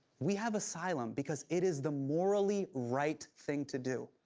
we have asylum because it is the morally right thing to do.